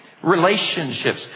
relationships